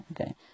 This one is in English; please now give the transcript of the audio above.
Okay